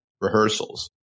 rehearsals